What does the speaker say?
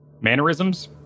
mannerisms